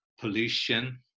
pollution